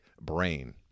Brain